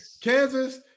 Kansas